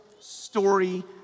story